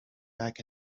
back